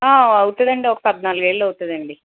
ఆ అవుతుందండి ఒక పద్నాలుగు ఏళ్ళు అవుతుంది